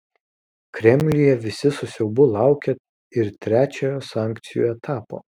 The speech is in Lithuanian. kremliuje visi su siaubu laukia ir trečiojo sankcijų etapo